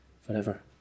forever